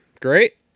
great